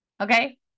Okay